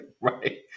Right